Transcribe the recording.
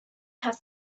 have